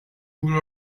would